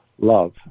love